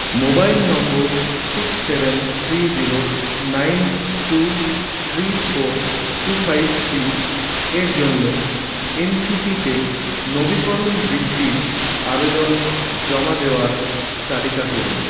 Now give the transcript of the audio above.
mobile number six seven three zero nine two three four two five three এর জন্য এনসিপিতে নবীকরণ বৃত্তির আবেদন জমা দেওয়ার তালিকা করুন